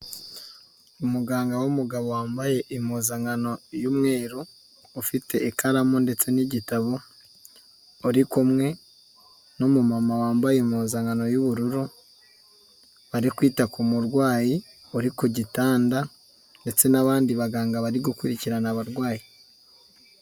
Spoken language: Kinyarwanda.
Umuganga w'umugabo wambaye impuzankano y'umweru ufite ikaramu ndetse n'igitabo, urikumwe n'umumama wambaye impuzankano y'ubururu, bari kwita ku murwayi uri ku gitanda ndetse n'abandi baganga bari gukurikirana abarwayi.